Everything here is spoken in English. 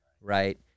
right